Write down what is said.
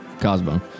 Cosmo